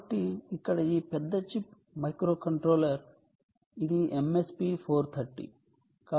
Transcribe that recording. కాబట్టి ఇక్కడ ఈ పెద్ద చిప్ మైక్రో కంట్రోలర్ ఇది MSP 430